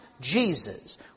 Jesus